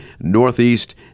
Northeast